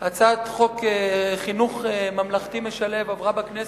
הצעת חוק חינוך ממלכתי משלב עברה בכנסת,